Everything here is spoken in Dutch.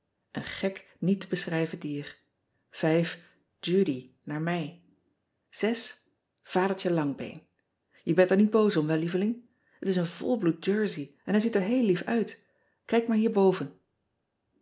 en gek niet te beschrijven dier udy aar mij adertje angbeen e bent er niet boos om wel lieveling et is een volbloed ersey en hij ziet er heel lief uit ijk maar hierboven